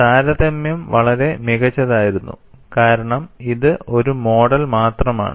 താരതമ്യം വളരെ മികച്ചതായിരുന്നു കാരണം ഇത് ഒരു മോഡൽ മാത്രമാണ്